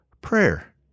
Prayer